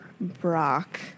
Brock